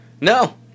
No